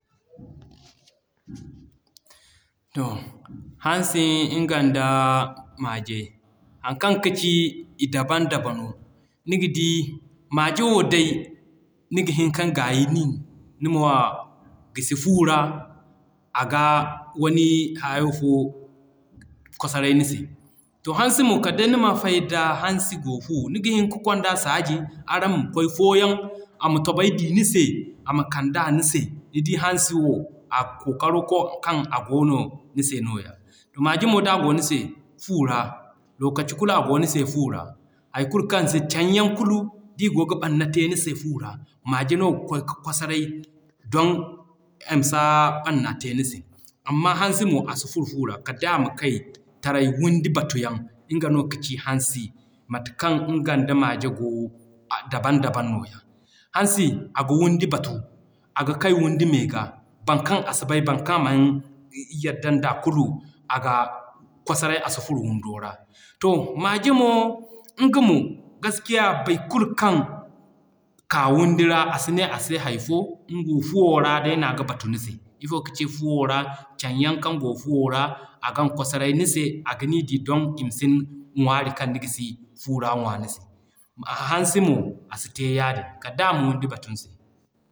To, Hansi nga da maje. Haŋ kaŋ ka ci i daban dabano, niga di maje wo day niga hin kaŋ gaayi. Nima gisi fu ra, aga wani hayo fo kwasarey ni se. To, Hansi mo kala day nima fay da hansi goo fu. Niga hin ka kwanda saaji araŋ ma kwaay foo yaŋ ama tobay d'i ni se ama kand'a ni se. Ni di Hansi wo, a kookaro koono kaŋ a goono ni se no ya. Maje mo d'a goo ni se fu ra lokaci kulu a goo ni se fu ra, hay kulu kaŋ yaŋ ci can yaŋ kulu d'i goo ga barna te ni si fu ra, maje no ga kwaay ka kwasarey don i ma si barna te ni se. Amma Hansi mo a si furo fu ra, kal day ama kay taray windi batu yaŋ nga no ka ci hansi mate kaŋ nga da maje goo daban daban noo ya. Hansi, aga windi batu aga kay windi me ga, baŋ kaŋ a si bay, baŋ kaŋ a maŋ yaddaŋ da kulu aga kwasarey a si furo windo ra. To, Maje mo nga mo gaskiya boro kulu kaŋ ka windi ra a si ne a se hay fo, nga wo fuwo ra hinne no a ga batu ni se. Ifo ga ci fuwo ra? Can yaŋ kaŋ goo fuwo ra, a gana kwasarey ni se, aga n'i di don ima sine ŋwaari kaŋ ni gisi fu ra ŋwa ni se. Hansi mo, a si te yaadin, kal day ama windi batu ni se